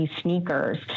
sneakers